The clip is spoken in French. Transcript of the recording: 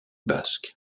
basque